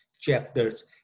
chapters